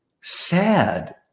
Sad